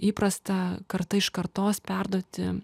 įprasta karta iš kartos perduoti